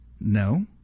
no